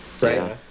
right